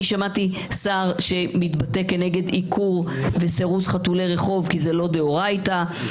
שמעתי שר שמתבטא כנגד עיקור וסירוס חתולי רחוב כי זה לא מדאורייתא.